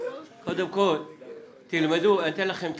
קודם כל אתן לכם כלי.